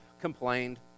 complained